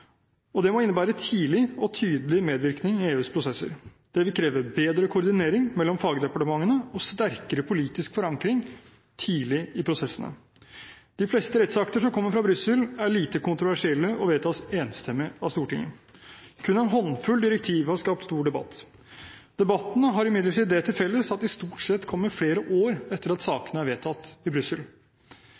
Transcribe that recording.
Det må innebære tidlig og tydelig medvirkning i EUs prosesser. Det vil kreve bedre koordinering mellom fagdepartementene og sterkere politisk forankring tidlig i prosessene. De fleste rettsakter som kommer fra Brussel, er lite kontroversielle og vedtas enstemmig av Stortinget. Kun en håndfull direktiver har skapt stor debatt. Debattene har imidlertid det til felles at de stort sett kommer flere år etter at sakene er vedtatt i Brussel.